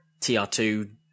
TR2